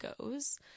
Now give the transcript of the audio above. goes